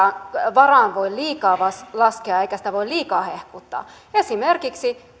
varaan voi liikaa laskea eikä sitä voi liikaa hehkuttaa esimerkiksi